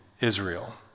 Israel